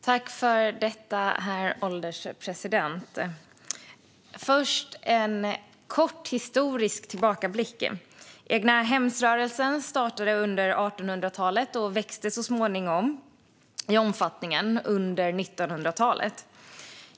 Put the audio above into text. Herr ålderspresident! Först en kort historisk tillbakablick. Egnahemsrörelsen startade under 1800-talet och växte i omfattning under 1900-talet.